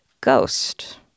ghost